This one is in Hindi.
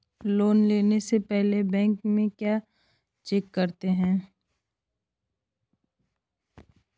लोन देने से पहले बैंक में क्या चेक करते हैं?